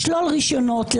לשלול רישיונות,